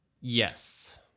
Yes